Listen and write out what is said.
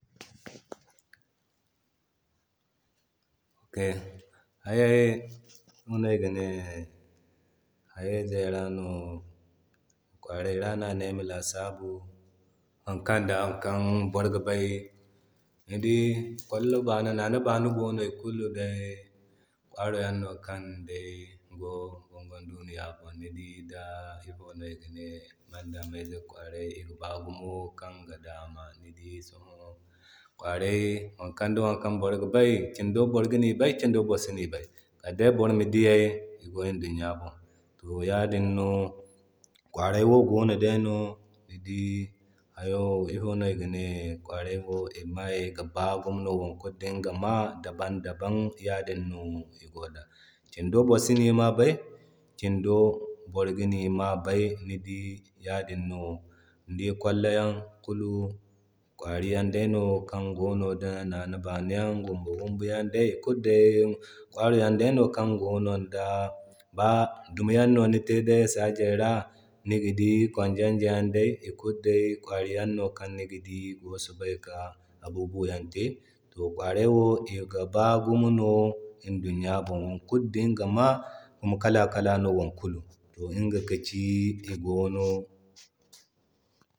To hayay ifo no igane, hayoyze kwarayze ra no ane ayama lasabu haykan ŋda haydan boro ga bay. Ni dii kwallo baana nana baana gono, ikulu daya kwari yan no kan day go bongon duniya bon. Ni dii ŋdaa ifono ayga ne andameyze kwaray ga baa gumo kan ga dama. Ni dii Sõhõ kwaray wokan da wokan boro ga bay kindo boro gani bay kindo boro sini bay, Kal day boro ma di yay igo indunya bon. To ya din no kwaray wo gono dayno ni dii hayo ifo igane kwaray wo ima ga baa gumo, wokulu dinga ma ñda ban ñda ban, yadin no igo da. Kindo boro gani ma bay, kin do boro sini ma bay, ni dii yadin no. Ni di kwallo yan kulu kwari Yan day no, kan gono da nana-nana yanday da roba-roba yanday ikulu day aya yan day no kan go, ŋda ba dumiyan no ni te saji ra niga di kwanzonzo yan day ikulu day kwari yanno kan niga di iga sobay ka abubuwa te. To kwaray wo igaba gumo no indunya bon, wo kulu dinga ma, kuma kala-kala no wo kulu. To inga ka ci igono.